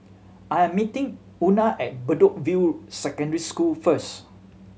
I am meeting Una at Bedok View Secondary School first